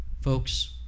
folks